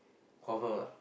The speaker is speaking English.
confirm